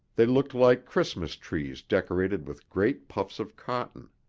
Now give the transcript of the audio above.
they looked like christmas trees decorated with great puffs of cotton.